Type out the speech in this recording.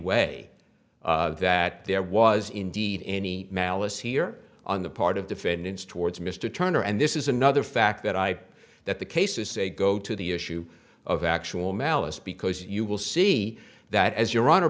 way that there was indeed any malice here on the part of defendants towards mr turner and this is another fact that i that the cases say go to the issue of actual malice because you will see that as your honor